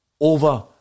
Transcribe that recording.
over